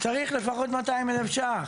צריך לפחות 200,000 ₪,